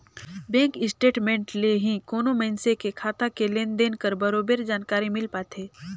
bank statement ले ही कोनो मइनसे के खाता के लेन देन कर बरोबर जानकारी मिल पाथे